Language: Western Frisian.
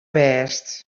bêst